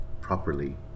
properly